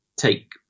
take